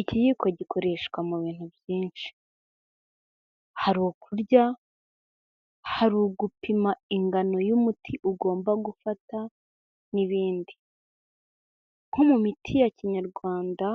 Ikiyiko gikoreshwa mu bintu byinshi, hari ukurya, hari ugupima ingano y'umuti ugomba gufata n'ibindi, nko mu miti ya kinyarwanda,